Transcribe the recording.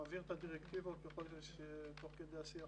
מבהיר את הדירקטיבות ככל שתוך כדי עשייה